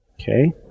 Okay